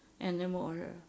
anymore